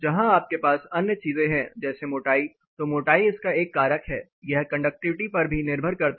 जहां आपके पास अन्य चीजें हैं जैसे मोटाई तो मोटाई इसका एक कारक है यह कंडक्टिविटी पर भी निर्भर करता है